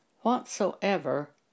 whatsoever